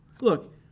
Look